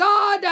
God